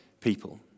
people